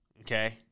Okay